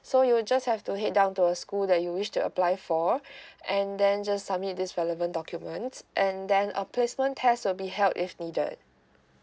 so you'll just have to head down to a school that you wish to apply for and then just submit this relevant documents and then a placement test will be held if needed